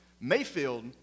Mayfield